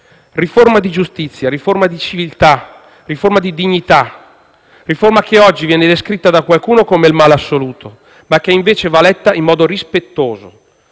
Riforma di giustizia, riforma di civiltà, riforma di dignità. Riforma che oggi viene descritta da qualcuno come il male assoluto ma che, invece, va letta in modo rispettoso.